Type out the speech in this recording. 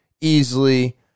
easily